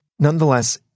Nonetheless